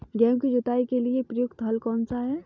गेहूँ की जुताई के लिए प्रयुक्त हल कौनसा है?